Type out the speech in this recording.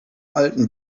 alten